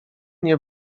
nie